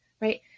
right